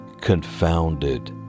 confounded